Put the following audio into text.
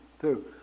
Two